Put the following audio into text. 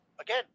Again